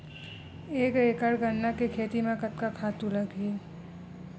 एक एकड़ गन्ना के खेती म कतका खातु लगही?